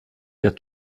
der